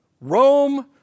Rome